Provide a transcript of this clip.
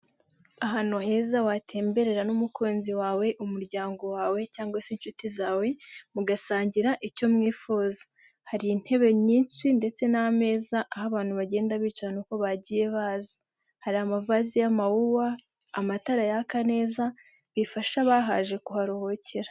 Ahantu heza watemberera n'umukunzi wawe umuryango wawe, cyangwa se inshuti zawe, mugasangira icyo mwifuza hari intebe nyinshi ndetse n'amezaza aho abantu bagenda bicarana uko bagiye baza hari amavazi y'amawuwa, amatara yaka neza, bifasha abahaje kuharuhukira.